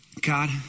God